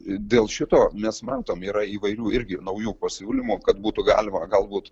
dėl šito mes matom yra įvairių irgi naujų pasiūlymų kad būtų galima galbūt